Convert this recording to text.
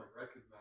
recognize